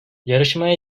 yarışmaya